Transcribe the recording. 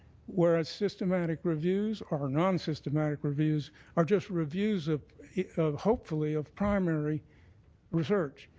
whereas systematic reviews or non-systematic reviews are just reviews of hopefully of primary research.